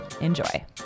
enjoy